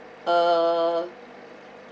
uh